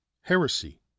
heresy